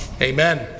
Amen